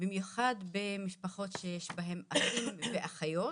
במיוחד במשפחות שיש בהם אחים ואחיות,